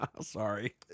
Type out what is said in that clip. Sorry